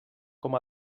com